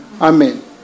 Amen